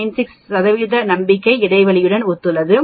96 95 சதவீத நம்பிக்கை இடைவெளியுடன் ஒத்துள்ளது